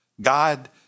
God